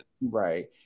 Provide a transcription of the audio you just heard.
Right